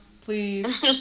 please